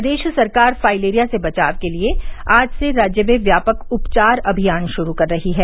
प्रदेश सरकार फाइलेरिया से बचाव के लिए आज से राज्य में व्यापक उपचार अभियान शुरू कर रही है